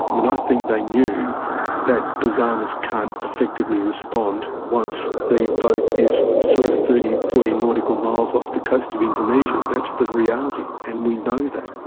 mean, i think they knew that basarnas can't effectively respond once the boat is sort of thirty, forty nautical miles off the coast of indonesia. that's the reality, and we know that.